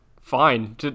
fine